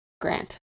Grant